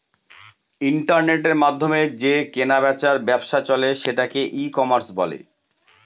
ইন্টারনেটের মাধ্যমে যে কেনা বেচার ব্যবসা চলে সেটাকে ই কমার্স বলে